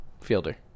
Fielder